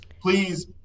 Please